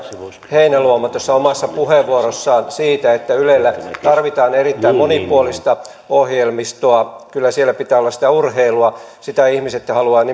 heinäluoma tuossa omassa puheenvuorossaan siitä että ylellä tarvitaan erittäin monipuolista ohjelmistoa kyllä siellä pitää olla sitä urheilua sitä ihmiset haluavat